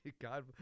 God